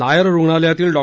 नायर रुग्णालयातील डॉ